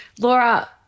Laura